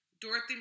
Dorothy